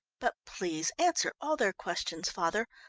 but please answer all their questions, father.